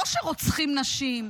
לא שרוצחים נשים,